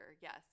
yes